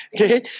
Okay